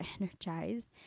energized